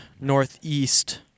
Northeast